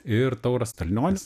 ir tauras stalnionis